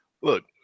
Look